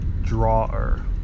drawer